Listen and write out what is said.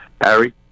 Harry